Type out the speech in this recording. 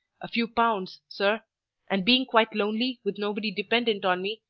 a few pounds, sir and being quite lonely, with nobody dependent on me,